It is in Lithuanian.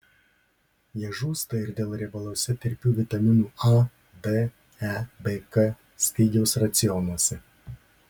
jie žūsta ir dėl riebaluose tirpių vitaminų a d e bei k stygiaus racionuose